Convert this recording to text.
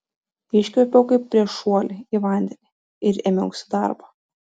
iškvėpiau kaip prieš šuolį į vandenį ir ėmiausi darbo